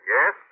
Yes